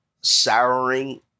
souring